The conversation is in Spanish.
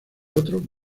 otro